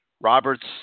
Robert's